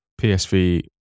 PSV